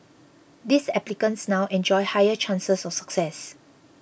these applicants now enjoy higher chances of success